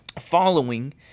following